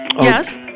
Yes